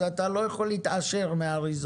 אז אתה לא יכול להתעשר מהאריזות.